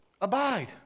abide